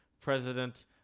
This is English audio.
president